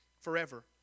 forever